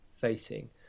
facing